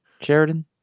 Sheridan